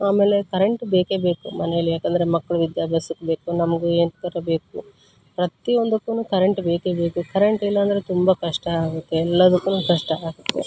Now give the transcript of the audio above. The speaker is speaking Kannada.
ಆಮೇಲೆ ಕರೆಂಟ್ ಬೇಕೇ ಬೇಕು ಮನೆಯಲ್ಲಿ ಯಾಕಂದರೆ ಮಕ್ಕಳು ವಿದ್ಯಾಭ್ಯಾಸಕ್ಕೆ ಬೇಕು ನಮಗೂ ಏನ್ಕಾರ ಬೇಕು ಪ್ರತಿಯೊಂದಕ್ಕೂನು ಕರೆಂಟ್ ಬೇಕೇ ಬೇಕು ಕರೆಂಟ್ ಇಲ್ಲ ಅಂದರೆ ತುಂಬ ಕಷ್ಟ ಆಗುತ್ತೆ ಎಲ್ಲದಕ್ಕೂನು ಕಷ್ಟ ಆಗತ್ತೆ